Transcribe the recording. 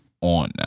on